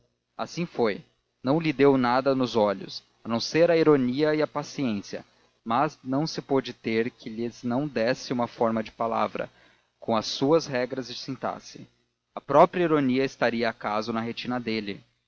assim foi não lhe leu nada nos olhos a não ser a ironia e a paciência mas não se pôde ter que lhes não desse uma forma de palavra com as suas regras de sintaxe a própria ironia estaria acaso na retina dele